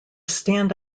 stand